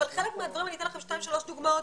אבל אני אתן לכם שתיים-שלוש דוגמאות,